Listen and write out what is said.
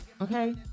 okay